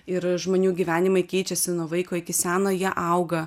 ir žmonių gyvenimai keičiasi nuo vaiko iki seno jie auga